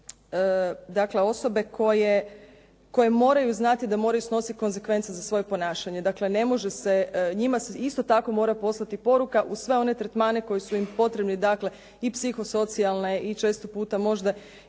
oni su osobe koje moraju znati da moraju nositi konzekvence za svoje ponašanje. Dakle, njima se mora isto tako poslati poruka uz sve one tretmane koji su im potrebni i psihosocijalne i često puta možda